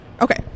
okay